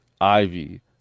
Ivy